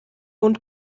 und